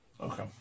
Okay